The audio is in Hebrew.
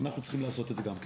אנחנו צריכים לעשות את זה גם כן.